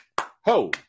ho